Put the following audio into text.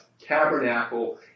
Tabernacle